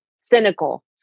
cynical